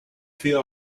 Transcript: fear